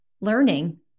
learning